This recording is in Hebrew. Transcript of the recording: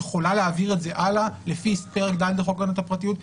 יכולה להעביר את זה הלאה לפי פרק ד' בחוק הגנת הפרטיות.